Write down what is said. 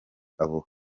abo